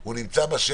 הוא נמצא בשטח,